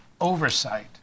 oversight